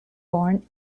born